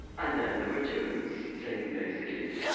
and then, there were jews saying, basically,